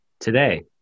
today